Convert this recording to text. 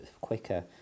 quicker